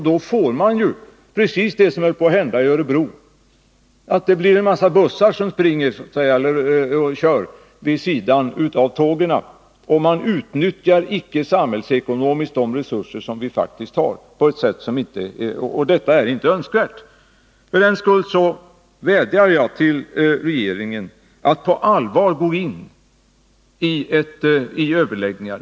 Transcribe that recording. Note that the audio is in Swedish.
Då får man ju precis det som höll på att hända i Örebro, nämligen att en mängd bussar kör vid sidan av tågen, varvid de resurser som vi faktiskt har icke utnyttjas samhällsekonomiskt. Detta är ett icke önskvärt förhållande. För den skull vädjar jag till regeringen att på allvar gå in i överläggningar.